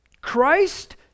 Christ